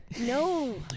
No